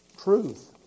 truth